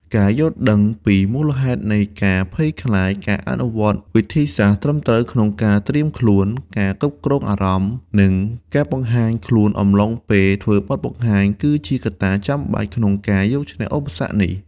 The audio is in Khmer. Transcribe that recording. ការយល់ដឹងពីមូលហេតុនៃការភ័យខ្លាច ការអនុវត្តវិធីសាស្ត្រត្រឹមត្រូវក្នុងការត្រៀមខ្លួន ការគ្រប់គ្រងអារម្មណ៍ និងការបង្ហាញខ្លួនអំឡុងពេលធ្វើបទបង្ហាញ គឺជាកត្តាចាំបាច់ក្នុងការយកឈ្នះឧបសគ្គនេះ។